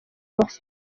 bafite